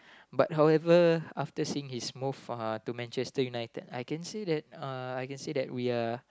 but however after seeing his move uh to Manchester-United I can say that uh I can say that we are